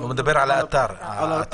הוא מדבר על האתר עצמו.